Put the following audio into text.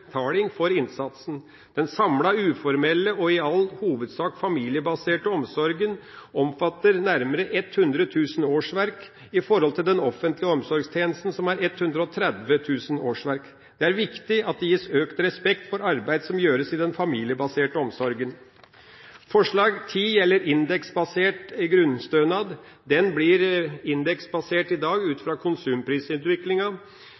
for innsatsen. Den samlede uformelle og i all hovedsak familiebaserte omsorgen omfatter nærmere 100 000 årsverk, sammenholdt med den offentlige omsorgstjenesten, som har 130 000 årsverk. Det er viktig at det gis økt respekt for arbeid som gjøres i den familiebaserte omsorgen. Forslag nr. 10 gjelder indeksbasert grunnstønad. Denne blir indeksbasert i dag ut